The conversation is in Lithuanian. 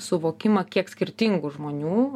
suvokimą kiek skirtingų žmonių